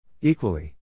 Equally